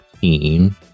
team